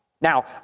Now